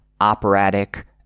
operatic